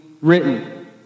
written